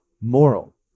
Moral